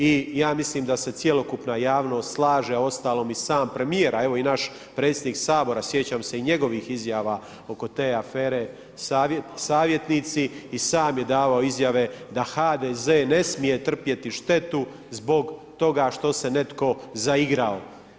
I ja mislim da se cjelokupna javnost slaže, a uostalom i sam premjer, a evo i naš predsjednik Sabora, sjećam se i njegovih izjava oko te afere savjetnici i sam je davao izjave da HDZ ne smije trpjeti štetu, zbog toga što se je netko zaigrao.